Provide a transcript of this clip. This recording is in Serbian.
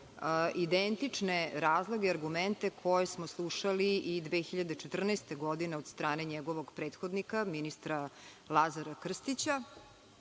identične razloge i argumente koje smo slušali i 2014. godine od strane njegovog prethodnika, ministra Lazara Krstića.